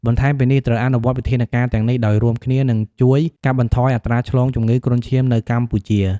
បន្ថែមពីនេះ ត្រូវអនុវត្តវិធានការទាំងនេះ ដោយរួមគ្នានឹងជួយកាត់បន្ថយអត្រាឆ្លងជំងឺគ្រុនឈាមនៅកម្ពុជា។